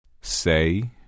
Say